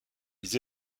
les